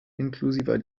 inklusive